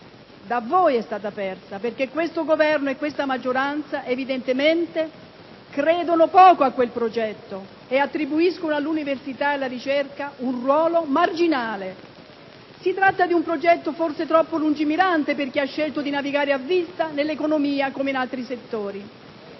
da voi è stata persa, perché questo Governo e questa maggioranza evidentemente credono poco a quel progetto e attribuiscono all'università e alla ricerca un ruolo marginale. Si tratta di un progetto forse troppo lungimirante per chi ha scelto di navigare a vista, nell'economia come in altri settori.